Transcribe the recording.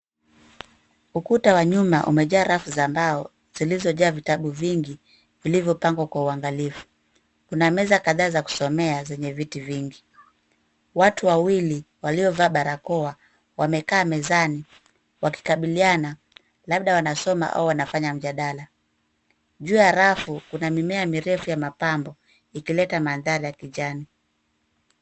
Ukuta wa nyuma umejaa rafu za mbao zilizojaa vitabu vingi vilivyopangwa kwa uangalifu. Kuna meza kadhaa za kusomea zenye viti vingi. Watu wawili waliovaa barakoa wamekaa mezani wakikabiliana labda wanasoma au wanafanya mjadala. Juu ya rafu kuna mimea mirefu ya mapambo ikileta mandhari ya kijani.